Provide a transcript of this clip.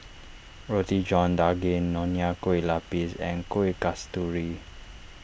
Roti John Daging Nonya Kueh Lapis and Kuih Kasturi